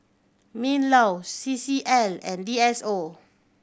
MinLaw C C L and V S O